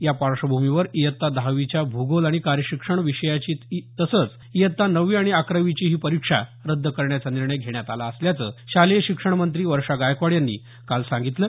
या पार्श्वभूमीवर इयत्ता दहावीच्या भूगोल आणि कार्यशिक्षण विषयाची तसंच इयत्ता नववी आणि अकरावीचीही परीक्षा रद्द करण्याचा निर्णय घेण्यात आला असल्याचं शालेय शिक्षण मंत्री वर्षा गायकवाड यांनी काल सांगितलं